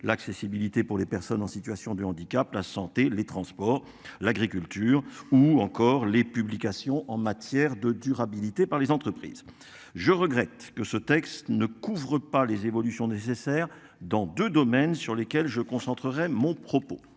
l'accessibilité pour les personnes en situation de handicap, la santé, les transports, l'agriculture ou encore les publications en matière de durabilité par les entreprises. Je regrette que ce texte ne couvre pas les évolutions nécessaires dans 2 domaines sur lesquels je concentrerai mon propos